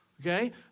Okay